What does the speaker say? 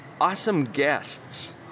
AwesomeGuests